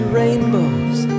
rainbows